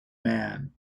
man